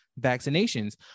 vaccinations